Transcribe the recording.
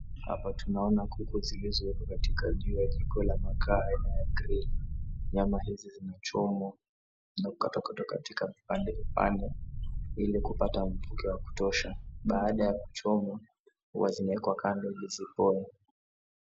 Hapa tunaona kuku zilizowekwa katikati ya jiko la makaa ya grili. Nyama hizi zinachomwa na kukatwakatwa katika vipande ili kupata mpuke wa kutosha. Baada ya kuchomwa huwa zinawekwa kando ili zipoe.